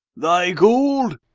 thy goold!